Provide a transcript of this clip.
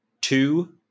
Two